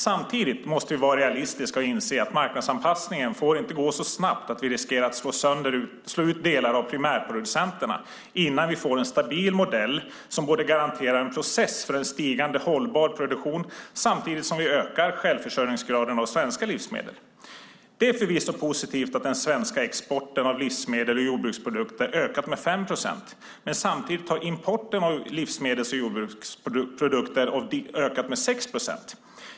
Samtidigt måste vi vara realistiska och inse att marknadsanpassningen inte får gå så snabbt att vi riskerar att slå ut delar av primärproducenterna innan vi får en stabil modell som garanterar en process för en stigande hållbar produktion samtidigt som vi ökar självförsörjningsgraden när det gäller svenska livsmedel. Det är förvisso positivt att den svenska exporten av livsmedel och jordbruksprodukter har ökat med 5 procent. Men samtidigt har importen av livsmedel och jordbruksprodukter ökat med 6 procent.